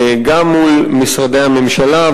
גם מול משרדי הממשלה,